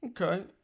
Okay